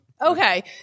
Okay